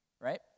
right